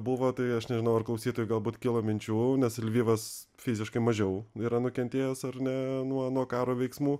buvo tai aš nežinau ar klausytojui galbūt kilo minčių nes lvivas fiziškai mažiau yra nukentėjęs ar ne nuo nuo karo veiksmų